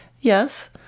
yes